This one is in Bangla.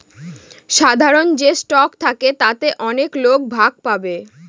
সাধারন যে স্টক থাকে তাতে অনেক লোক ভাগ পাবে